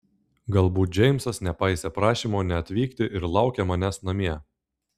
galbūt džeimsas nepaisė prašymo neatvykti ir laukia manęs namie